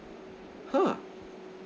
!huh!